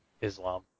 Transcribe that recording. Islam